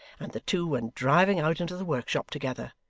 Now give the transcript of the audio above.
and the two went driving out into the workshop together,